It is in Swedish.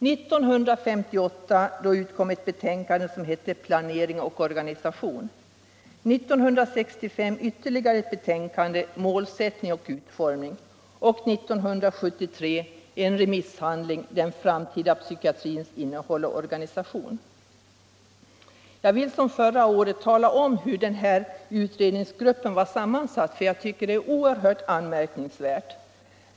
1958 utkom ett betänkande, som hette Planering och organisation, 1965 kom ytterligare ett betänkande, Målsättning och utformning, och 1973 kom en remisshandling, Den framtida psykiatrins innehåll och organisation. Jag vill liksom förra året tala om hur den senaste utredningsgruppen var sammansatt, för jag tycker att det är oerhört anmärknings 35 värt.